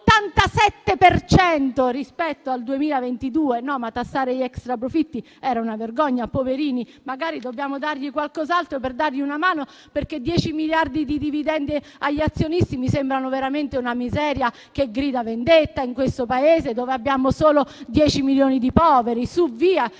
rispetto al 2022, però tassare gli extraprofitti era una vergogna. Poverini, magari dobbiamo dare loro qualcos'altro per dargli una mano, perché dieci miliardi di dividendi agli azionisti mi sembrano veramente una miseria che grida vendetta, in questo Paese dove abbiamo solo dieci milioni di poveri. Suvvia,